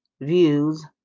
views